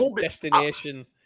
Destination